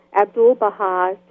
Abdu'l-Baha